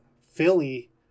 Philly